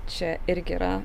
čia irgi yra